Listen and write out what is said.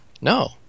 No